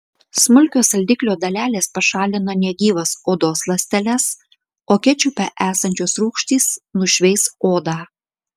smulkios saldiklio dalelės pašalina negyvas odos ląsteles o kečupe esančios rūgštys nušveis odą